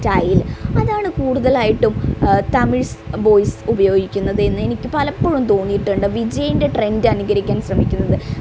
style അതാണ് കൂടുതലായിട്ടും Tamils boys ഉപയോഗിക്കുന്നത് എന്ന് എനിക്ക് പലപ്പോഴം തോന്നിയിട്ടുണ്ട് വിജയിൻ്റെ ട്രെൻഡ് അനുകരിക്കാൻ ശ്രമിക്കുന്നത്